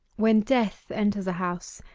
when death enters a house,